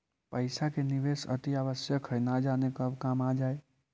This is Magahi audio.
पइसा के निवेश अतिआवश्यक हइ, न जाने कब काम आ जाइ